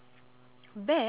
bear